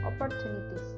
opportunities